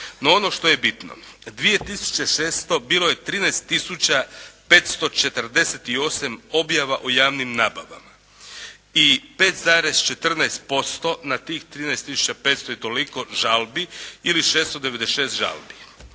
No ono što je bitno. 2006. bilo je 13 tisuća 548 objava o javnim nabavama i 5,14% na tih 13 tisuća 500 i toliko žalbi ili 696 žalbi.